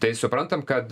tai suprantam kad